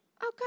Okay